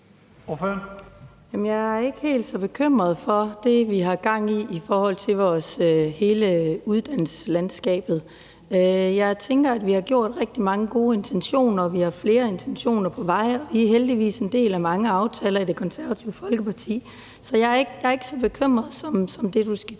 Jeg er ikke helt så bekymret for det, vi har gang i i forhold til hele uddannelseslandskabet. Jeg tænker, at vi har haft rigtig mange gode intentioner, og vi har flere intentioner på vej, og vi er heldigvis en del af mange aftaler i Det Konservative Folkeparti. Så jeg er ikke så bekymret som det, ordføreren